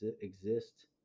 exist